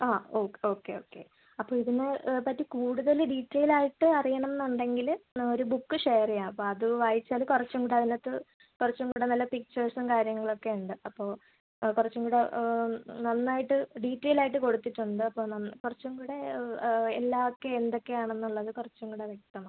ആ ഓ okay okay അപ്പോൾ ഇതിനെ പറ്റി കൂടുതൽ ഡീറ്റെയിലായിട്ട് അറിയണം എന്നുണ്ടെങ്കിൽ ഒരു ബുക്ക് ഷെയർ ചെയ്യാം അപ്പോൾ അത് വായിച്ചാൽ കൊറച്ചും കൂടി അതിനകത്ത് കൊറച്ചും കൂടി നല്ല പിക്ച്ചേഴ്സും കാര്യങ്ങളൊക്കെ ഉണ്ട് അപ്പോൾ കുറച്ചും കൂടി നന്നായിട്ട് ഡീറ്റെയിൽ ആയിട്ട് കൊടുത്തിട്ടുണ്ട് അപ്പോൾ കുറച്ചും കൂടി എല്ലാം ഒക്കെ എന്തൊക്കെ ആണെന്നുള്ളത് കുറച്ചും കൂടി വ്യക്തമാകും